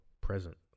present